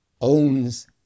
owns